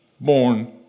born